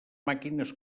màquines